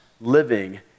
living